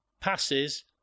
passes